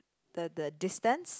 the the distance